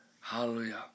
hallelujah